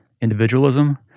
individualism